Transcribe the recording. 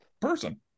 person